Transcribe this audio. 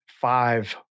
five